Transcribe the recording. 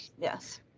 yes